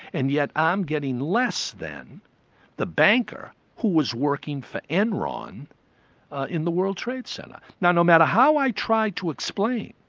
and yet i'm getting less than the banker who was working for enron in the world trade center. now no matter how i tried to explain